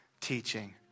teaching